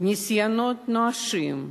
ניסיונות נואשים,